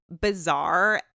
bizarre